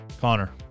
Connor